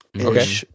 okay